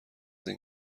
این